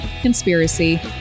conspiracy